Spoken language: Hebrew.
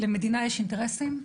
למדינה יש אינטרסים,